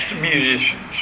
musicians